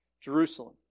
Jerusalem